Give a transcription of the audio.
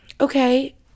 okay